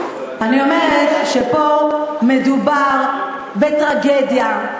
אני אומרת שמדובר פה בטרגדיה.